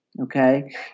Okay